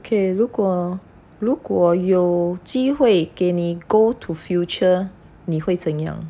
okay 如果如果有机会给你 go to future 你会怎样